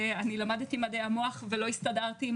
אני למדתי מדעי המוח ולא הסתדרתי עם